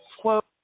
Quote